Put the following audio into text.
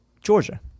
Georgia